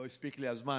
לא הספיק לי הזמן.